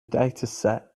dataset